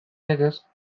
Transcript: legez